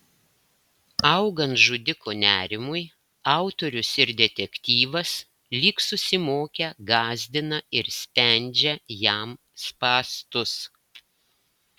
augant žudiko nerimui autorius ir detektyvas lyg susimokę gąsdina ir spendžia jam spąstus